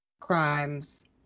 crimes